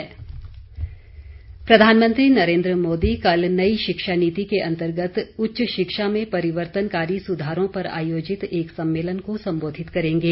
प्रधानमंत्री शिक्षा प्रधानमंत्री नरेन्द्र मोदी कल नई शिक्षा नीति के अंतर्गत उच्च शिक्षा में परिवर्तनकारी सुधारों पर आयोजित एक सम्मेलन को संबोधित करेंगे